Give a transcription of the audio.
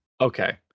Okay